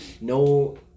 No